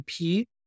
IP